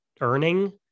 earning